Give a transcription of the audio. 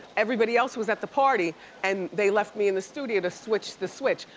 everybody else was at the party and they left me in the studio to switch the switch.